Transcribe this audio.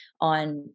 on